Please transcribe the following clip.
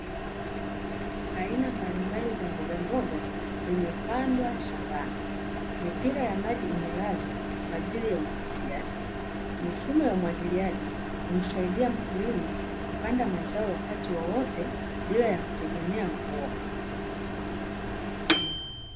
Aina mbalimbali za mbogamboga zimepandwa shambani, mipira ya maji imelazwa kwa ajili ya umwagiliaji, mifumo ya umwagiliaji humsaidia mkulima kupanda mazao wakati wowote bila ya kutegemea mvua.